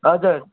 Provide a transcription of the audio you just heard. हजुर